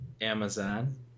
Amazon